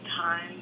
time